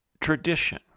tradition